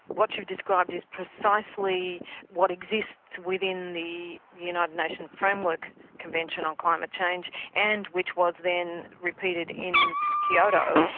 what you described is precisely what exists within the united nations framework convention on climate change and which was then repeated in kyoto,